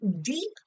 deep